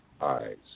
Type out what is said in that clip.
eyes